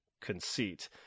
conceit